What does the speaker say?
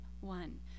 one